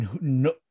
no